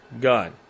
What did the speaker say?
gun